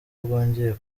bwongeye